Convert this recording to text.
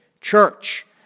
church